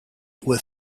with